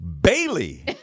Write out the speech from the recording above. Bailey